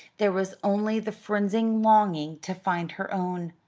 there was only the frenzied longing to find her own.